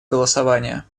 голосования